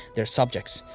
their subjects.